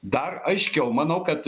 dar aiškiau manau kad